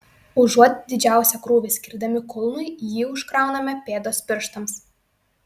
užuot didžiausią krūvį skirdami kulnui jį užkrauname pėdos pirštams